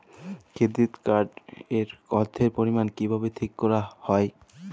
Credit card এর অর্থের পরিমান কিভাবে ঠিক করা হয়?